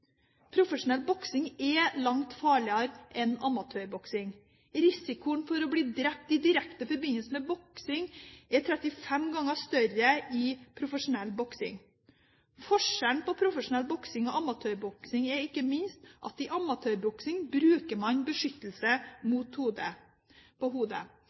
Profesjonell boksing er langt farligere enn amatørboksing. Risikoen for å bli drept i direkte forbindelse med boksing er ca. 35 ganger større i profesjonell boksing. Forskjellen på profesjonell boksing og amatørboksing er ikke minst at i amatørboksing bruker man beskyttelse på hodet.